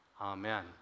Amen